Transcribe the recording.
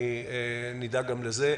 וניגע גם בזה,